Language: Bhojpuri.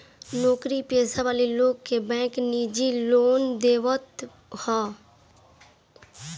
नोकरी पेशा वाला लोग के बैंक निजी लोन देवत हअ